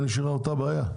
והבעיה עדיין נשארה אותה בעיה.